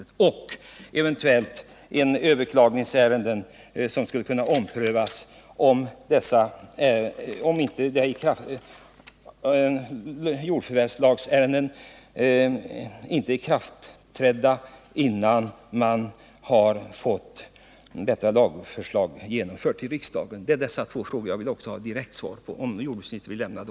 Jag fick inte heller svar på frågan om vissa överklagningsärenden eventuellt skulle kunna omprövas som avgjorts innan beslut fattats av riksdagen om denna jordförvärvslag. Det är dessa två frågor jag också vill ha direkt svar på.